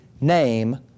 name